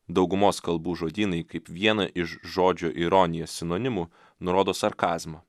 daugumos kalbų žodynai kaip vieną iš žodžio ironija sinonimų nurodo sarkazmą